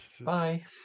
Bye